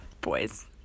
boys